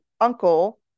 uncle